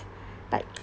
like